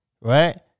right